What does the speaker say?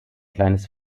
kleines